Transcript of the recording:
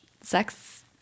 sex